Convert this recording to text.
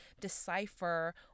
decipher